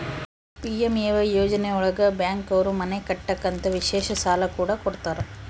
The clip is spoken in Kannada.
ಪಿ.ಎಂ.ಎ.ವೈ ಯೋಜನೆ ಒಳಗ ಬ್ಯಾಂಕ್ ಅವ್ರು ಮನೆ ಕಟ್ಟಕ್ ಅಂತ ವಿಶೇಷ ಸಾಲ ಕೂಡ ಕೊಡ್ತಾರ